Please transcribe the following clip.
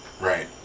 Right